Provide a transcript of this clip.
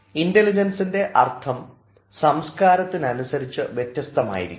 ഇൻറലിജൻസിൻറെ അർത്ഥം സംസ്ക്കാരത്തിന് അനുസരിച്ച് വ്യത്യസ്തമായിരിക്കും